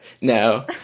No